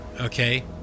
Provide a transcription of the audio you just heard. Okay